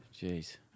Jeez